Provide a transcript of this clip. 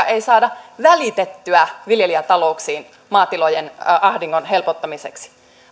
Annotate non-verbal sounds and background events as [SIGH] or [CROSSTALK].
[UNINTELLIGIBLE] ei saada välitettyä viljelijätalouksiin maatilojen ahdingon helpottamiseksi